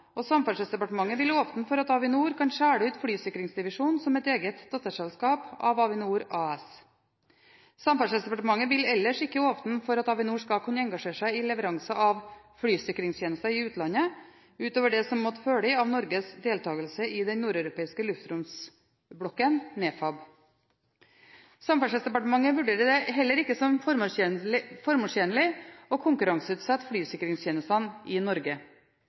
og Samferdselsdepartementet vil åpne for at Avinor kan skille ut flysikringsdivisjonen som et eget datterselskap av Avinor AS. Samferdselsdepartementet vil ellers ikke åpne for at Avinor skal kunne engasjere seg i leveranse av flysikringstjenester i utlandet, utover det som måtte følge av Norges deltakelse i den nordeuropeiske luftromsblokken NEFAB. Samferdselsdepartementet vurderer det heller ikke som formålstjenlig å konkurranseutsette flysikringstjenestene i Norge.